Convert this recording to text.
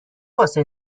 واسه